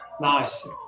nice